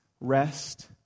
rest